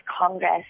Congress